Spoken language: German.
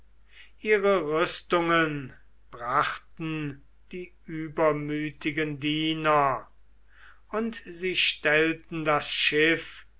ihre rüstungen brachten die übermütigen diener und sie stellten das schiff